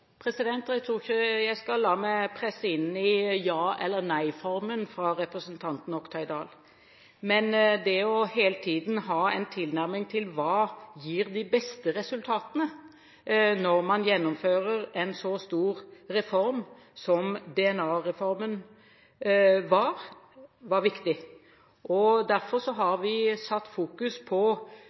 asylsaker? Jeg tror ikke jeg skal la meg presse inn i ja/nei-formen fra representanten Oktay Dahl. Men når man gjennomfører en så stor reform som DNA-reformen var, var det viktig hele tiden å ha en tilnærming til hva som gir de beste resultatene. Derfor har vi satt fokus på